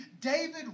David